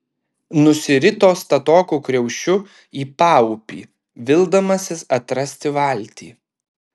nusirito statoku kriaušiu į paupį vildamasis atrasti valtį